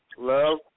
Love